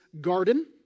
garden